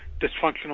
dysfunctional